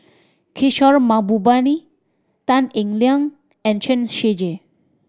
Kishore Mahbubani Tan Eng Liang and Chen Shiji